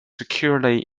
securely